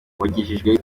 wagejejwe